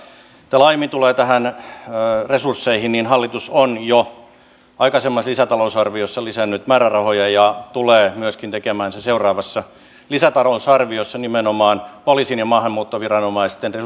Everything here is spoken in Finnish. mitä tulee näihin resursseihin laajemmin niin hallitus on jo aikaisemmassa lisätalousarviossa lisännyt määrärahoja ja tulee myöskin seuraavassa lisätalousarviossa lisäämään nimenomaan poliisin ja maahanmuuttoviranomaisten resursseja